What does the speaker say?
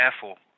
careful